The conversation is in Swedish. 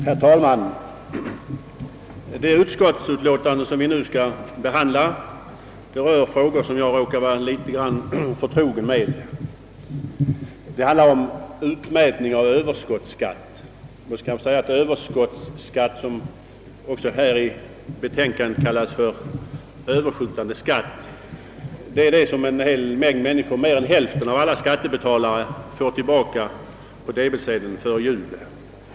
Herr talman! Det utskottsbetänkande som vi nu skall behandla berör frågor som jag råkar vara litet förtrogen med. Det gäller utmätning av överskottsskatt, som i betänkandet kallas överskjutande skatt, d. v. s. de pengar som mer än hälften av alla skattebetalare varje år får tillbaka på debetsedeln före jul.